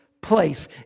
place